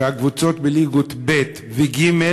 שהקבוצות בליגות ב' וג',